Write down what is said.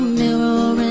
mirror